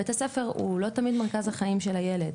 בית הספר הוא לא תמיד מרכז החיים של הילד,